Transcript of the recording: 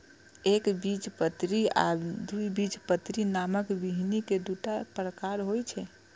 एकबीजपत्री आ द्विबीजपत्री नामक बीहनि के दूटा प्रकार होइ छै